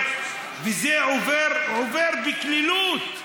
עובר בקלילות מהיום.